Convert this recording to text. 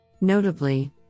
Notably